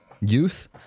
youth